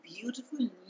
beautiful